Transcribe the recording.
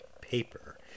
paper